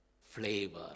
flavor